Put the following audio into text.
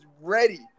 ready